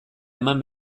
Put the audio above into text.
eman